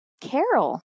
Carol